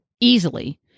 easily